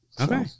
Okay